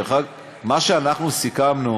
מה שסיכמנו